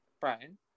Brian